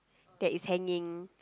that is hanging